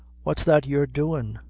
what's that you're doin'?